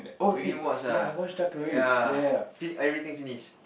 you didn't watch ah ya fi~ everything finish